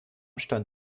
stand